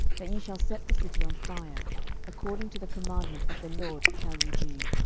that ye shall set the city on fire according to the commandment of the lord shall ye do.